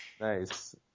Nice